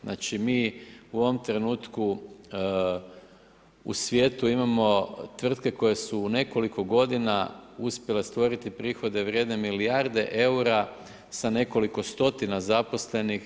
Znači mi u ovom trenutku, u svijetu imamo tvrtke koje su nekoliko godina uspjele stvoriti prihode, vrijedne milijarde eura, sa nekoliko stotina zaposlenih.